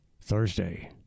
Thursday